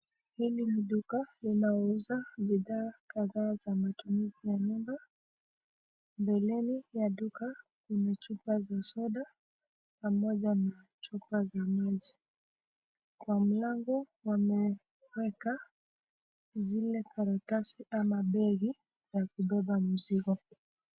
Hili ni duka linalouza bidhaa kama za matumizi ya nyumba . Mbeleni ya duka kuna chupa za soda pamoja na chupa za maji . Kwa mlango wameweka zile karatasi ama begi ya kubeba mzigo.